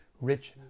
rich